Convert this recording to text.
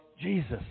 Jesus